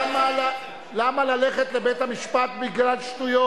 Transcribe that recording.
למה ללכת לבית-המשפט בגלל שטויות?